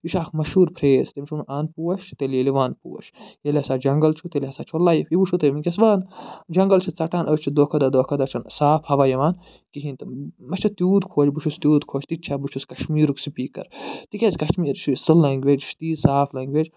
یہِ چھُ اکھ مشہوٗر فرٛیز تٔمۍ چھُ ووٚنمُت اَن پوش تیٚلہِ ییٚلہِ وَن پوش ییٚلہِ ہسا جنٛگل چھُ تیٚلہِ ہسا چھو لایِف یہِ وٕچھوٗ تۄہہِ وٕنۍکٮ۪س وَن جنٛگل چھِ ژٹان أسۍ چھِ دۄہ کھۄ دۄہ دۄہ کھۄ دۄہ چھُنہٕ صاف ہوا یِوان کِہیٖنۍ تہٕ نہٕ مےٚ چھُ تیوٗت خۄش بہٕ چھُس تیوٗت خۄش تہِ یہِ چھا بہٕ چھُس کشمیٖرُک سِپیٖکر تِکیٛازِ کشمیٖر چھُ سُہ لنٛگویج یہِ چھِ تیٖژ صاف لینٛگویج